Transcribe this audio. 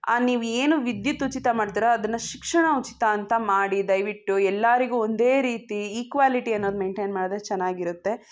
ನೀವು ಏನು ವಿದ್ಯುತ್ ಉಚಿತ ಮಾಡ್ತೀರ ಅದನ್ನು ಶಿಕ್ಷಣ ಉಚಿತ ಅಂತ ಮಾಡಿ ದಯವಿಟ್ಟು ಎಲ್ಲರಿಗು ಒಂದೇ ರೀತಿ ಈಕ್ವಾಲಿಟಿ ಅನ್ನೋದು ಮೈಂಟೇನ್ ಮಾಡಿದ್ರೆ ಚೆನ್ನಾಗಿರುತ್ತೆ